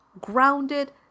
grounded